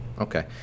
okay